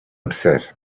upset